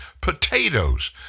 potatoes